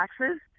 taxes